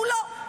הוא לא,